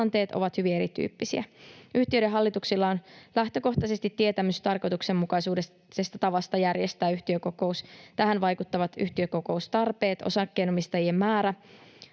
ovat hyvin erityyppisiä. Yhtiöiden hallituksilla on lähtökohtaisesti tietämys tarkoituksenmukaisesta tavasta järjestää yhtiökokous. Tähän vaikuttavat yhtiökokoustarpeet, osakkeenomistajien määrä,